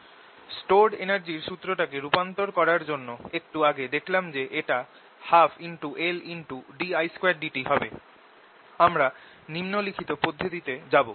stored energy র সুত্রটাকে রূপান্তর করার জন্য একটু আগে দেখলাম যে এটা 12LddtI2 হবে আমরা নিম্নলিখিত পদ্ধতিতে যাব